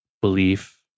belief